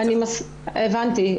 הבנתי.